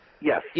Yes